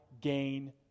gain